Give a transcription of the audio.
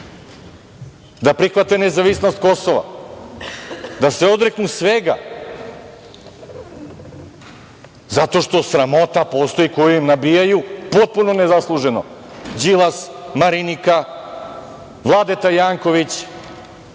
da prihvate nezavisnost Kosova, da se odreknu svega, zato što sramota postoji koju im nabijaju potpuno nezasluženo Đilas, Marinika, Vladeta Janković,